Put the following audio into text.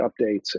updates